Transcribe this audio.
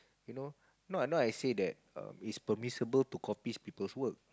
you know not I not I say that err it's permissible to copy people's work